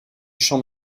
champ